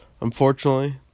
Unfortunately